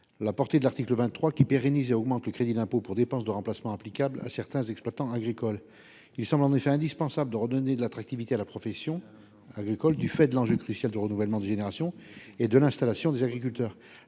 la portée de l'article 23, qui tend à pérenniser et à augmenter le crédit d'impôt pour dépenses de remplacement applicable à certains exploitants agricoles. Il semble en effet indispensable de redonner de l'attractivité à la profession agricole du fait de l'enjeu crucial de renouvellement des générations et de l'installation des agriculteurs.